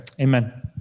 amen